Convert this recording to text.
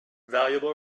valuable